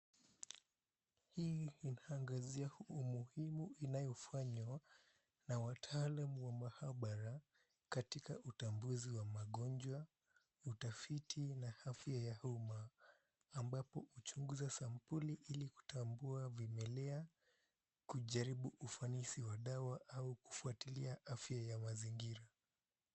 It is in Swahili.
Hii inaangazia umuhimu inayofanywa na wataalamu wa maabara katika utambuzi wa magonjwa, utafiti na afya ya homa ambapo uchunguzi wa sampuli ili kutambua vimelea, kujaribu ufanisi wa dawa au kufuatilia afya ya mazingira.